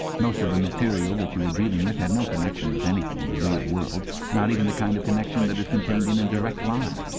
most of the material that you were dealing with had no connexion with anything in the real world, not even the kind of connexion that is contained in a and direct lie.